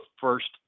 first